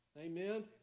Amen